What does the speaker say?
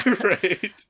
right